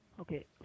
Okay